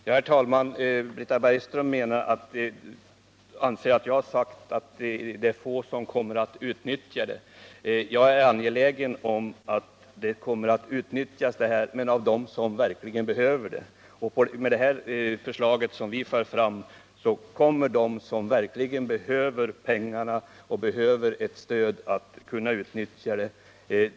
Herr talman! Britta Bergström anser att jag har sagt att det är få som kommer att utnyttja detta stöd. Jag är angelägen om att det skall utnyttjas — men av dem som verkligen behöver det. Med det förslag som vi för fram kommer de som verkligen behöver pengarna, behöver ett stöd, att kunna utnyttja det.